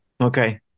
Okay